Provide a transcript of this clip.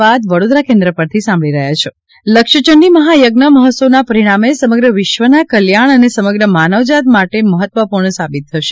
byte Popat Thakur લક્ષયંડી મહાયજ્ઞ મહોત્સવના પરિણામે સમગ્ર વિશ્વના કલ્યાણ અને સમગ્ર માનવજાત માટે મહત્વપૂર્ણ સાબિત થશે